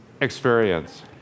experience